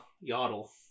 yodel